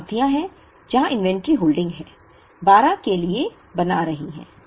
5 अवधियाँ हैं जहाँ इन्वेंट्री होल्डिंग है 12 के लिए बना रही है